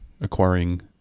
acquiring